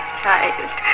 child